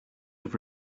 have